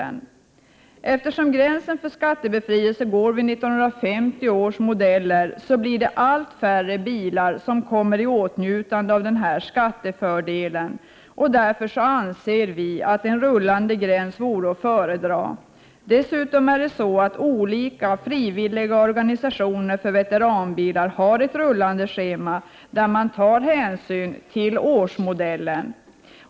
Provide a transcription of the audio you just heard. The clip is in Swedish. Eftersom gränsen för skattebefrielse går vid 1950 års modell, blir det allt färre bilar som kommer i åtnjutande av skattefördelen. Därför anser vi att en rullande gräns vore att föredra. Olika frivilliga organisationer för veteranbilar har dessutom redan ett rullande schema, där man tar hänsyn till årsmodell.